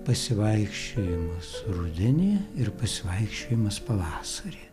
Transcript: pasivaikščiojimas rudenį ir pasivaikščiojimas pavasarį